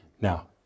Now